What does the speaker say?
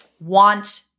want